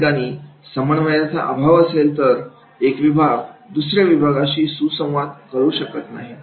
या ठिकाणी समन्वयाचा अभाव असेल तर एक विभाग दुसरा विभागाशी सुसंवाद करू शकत नाही